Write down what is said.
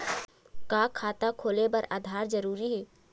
का खाता खोले बर आधार जरूरी हे?